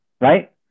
Right